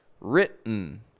written